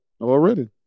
Already